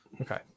Okay